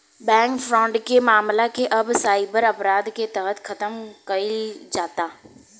bank fraud के मामला के अब साइबर अपराध के तहत खतम कईल जाता